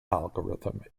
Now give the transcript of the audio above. algorithm